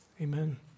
amen